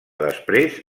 després